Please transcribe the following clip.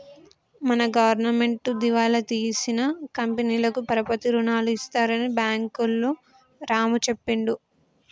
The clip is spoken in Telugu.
మన గవర్నమెంటు దివాలా తీసిన కంపెనీలకు పరపతి రుణాలు ఇస్తారని బ్యాంకులు రాము చెప్పిండు